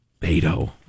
Beto